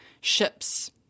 ships